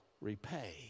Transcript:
repay